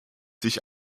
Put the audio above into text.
sich